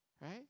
Right